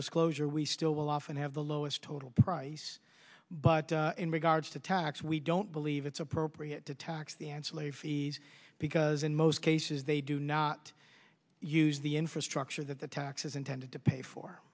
disclosure we still will often have the lowest total price but in regards to tax we don't believe it's appropriate to tax the ancillary fees because in most cases they do not use the infrastructure that the tax is intended to pay for